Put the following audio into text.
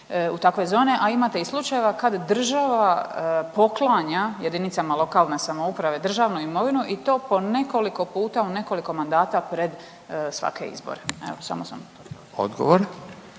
u takve zone. A imate i slučajeva kad država poklanja jedinici lokalne samouprave državnu imovinu i to po nekoliko puta u nekoliko mandata pred svake izbore. Evo sam sam …